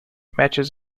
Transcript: matches